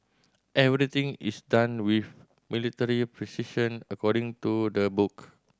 everything is done with military precision according to the book